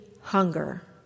hunger